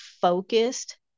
focused